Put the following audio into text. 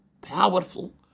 powerful